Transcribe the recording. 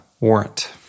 warrant